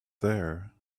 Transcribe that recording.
there